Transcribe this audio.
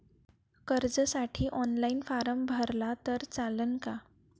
कर्जसाठी online form भरला तर चालन का?